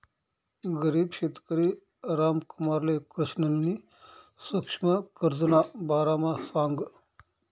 गरीब शेतकरी रामकुमारले कृष्णनी सुक्ष्म कर्जना बारामा सांगं